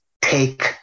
take